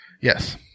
Yes